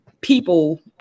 people